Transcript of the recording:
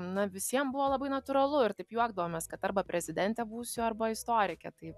na visiem buvo labai natūralu ir taip juokdavomės kad arba prezidente būsiu arba istorike tai